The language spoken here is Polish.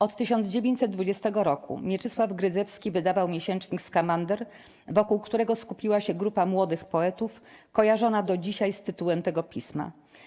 Od 1920 roku Mieczysław Grydzewski wydawał miesięcznik 'Skamander', wokół którego skupiła się grupa młodych poetów, kojarzona do dzisiaj z tytułem tego pisma.